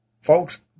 Folks